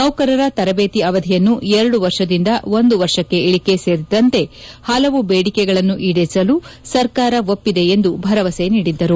ನೌಕರರ ತರಬೇತಿ ಅವಧಿಯನ್ನು ಎರಡು ವರ್ಷದಿಂದ ಒಂದು ವರ್ಷಕ್ಕೆ ಇಳಿಕೆ ಸೇರಿದಂತೆ ಹಲವು ಬೇಡಿಕೆಗಳನ್ನು ಈಡೇರಿಸಲು ಸರ್ಕಾರ ಒಪ್ಪಿದೆ ಎಂದು ಭರವಸೆ ನೀಡಿದ್ದರು